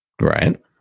Right